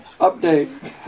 update